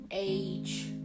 Age